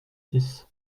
six